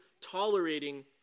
tolerating